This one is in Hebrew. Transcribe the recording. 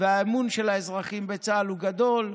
והאמון של האזרחים בצה"ל הוא גדול.